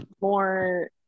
more